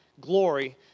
Glory